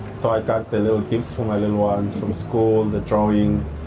so i got the little gifts from my little ones from school, the drawings.